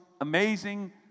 amazing